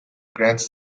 grants